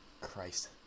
Christ